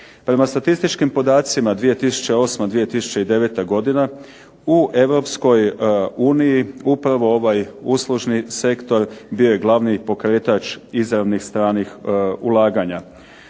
Prema statističkim podacima 2008., 2009. godina u Europskoj uniji upravo ovaj uslužni sektor bio je glavni pokretač izravnih stranih ulaganja.